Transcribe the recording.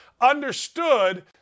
understood